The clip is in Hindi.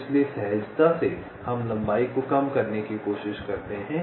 इसलिए सहजता से हम लंबाई को कम करने की कोशिश करते हैं